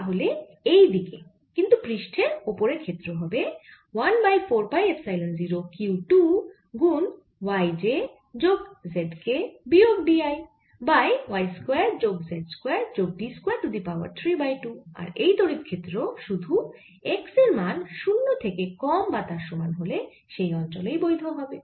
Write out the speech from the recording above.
তাহলে এই দিকে কিন্তু পৃষ্ঠের ওপরে ক্ষেত্র হবে 1 বাই 4 পাই এপসাইলন 0 q 2 গুন y j যোগ z k বিয়োগ d i বাই y স্কয়ার যোগ z স্কয়ার যোগ d square to the power 3 by 2 আর এই তড়িৎ ক্ষেত্র শুধু x এর মান 0 থেকে কম বা তার সমান হলে সেই অঞ্চলেই বৈধ হবে